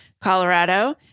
Colorado